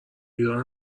ایران